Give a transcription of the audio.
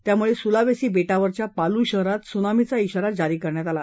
त्यामुळे सुलावेसी बेटावरच्या पालू शहरात सुनामीचा इशारा जारी करण्यात आला